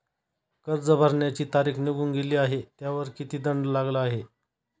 कर्ज भरण्याची तारीख निघून गेली आहे त्यावर किती दंड लागला आहे?